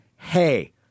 Hey